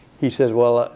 he says, well,